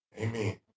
Amen